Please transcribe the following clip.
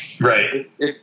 Right